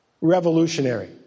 Revolutionary